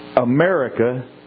America